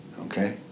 Okay